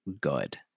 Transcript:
good